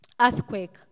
earthquake